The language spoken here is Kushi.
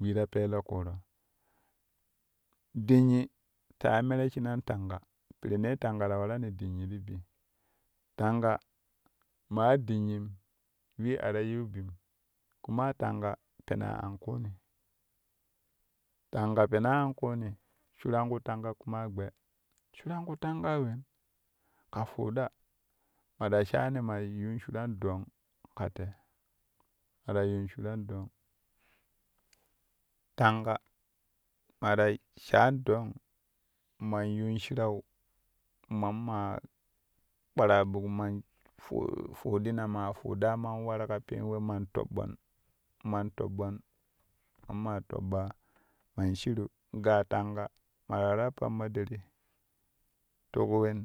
wee ta pelo ƙuro dinnyi ta ya mere shinan tanga pirennee tanga ta warani sinnyi ti bi tanga maa dinnyim wee a ta yiu ɓim kuma tanga pena an ƙuuni tanga pena an ƙuuni tanga pena an ƙuuni kuma shuran ƙu tanga gbe, shuran ƙu tangai wen kaa fuuɗa ma ta shaani man yuu shuran doong ka te ma ta yuun shuran doong tanga ma ta shaan doong man yuun shirau mammaa kpaaraa ɓuk man fu fuɗina maa fudaa man waru ka peen we man toɓɓon man toɓɓon mammaa toɓɓaa man shiru ga tanga ma ta waraa pammo ɗeri ti ku wen.